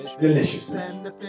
deliciousness